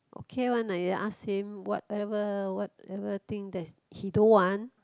okay one lah you ask him whatever whatever thing that he don't want